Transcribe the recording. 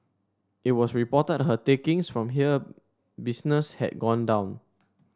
it was reported her takings from here business had gone down